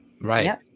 Right